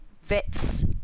vets